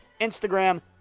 Instagram